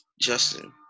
Justin